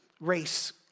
race